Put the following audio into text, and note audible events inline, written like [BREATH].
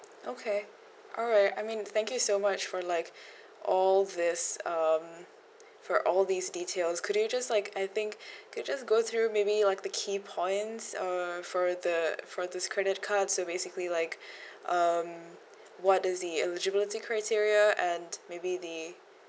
okay alright I mean thank you so much for like [BREATH] all these um for all these details could you just like I think [BREATH] could you just go through maybe like the key points uh for the for this credit card so basically like [BREATH] um what is the eligibility criteria and maybe the